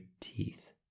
teeth